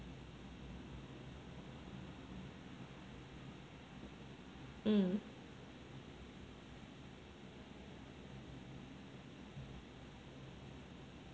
mm